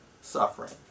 suffering